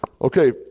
Okay